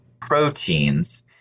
proteins